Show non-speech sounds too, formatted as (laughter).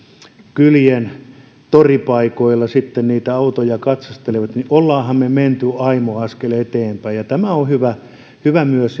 kylien toripaikoilla niitä autoja katsastelivat niin olemmehan me menneet aimo askeleen eteenpäin on hyvä hyvä myös (unintelligible)